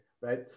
right